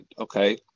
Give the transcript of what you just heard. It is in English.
okay